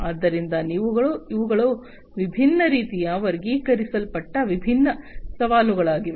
ಆದ್ದರಿಂದ ಇವುಗಳು ವಿಭಿನ್ನ ರೀತಿಯಲ್ಲಿ ವರ್ಗೀಕರಿಸಲ್ಪಟ್ಟ ವಿಭಿನ್ನ ಸವಾಲುಗಳಾಗಿವೆ